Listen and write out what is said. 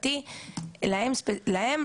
אבל אני בדיוק לא על אלה מדברת,